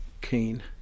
keen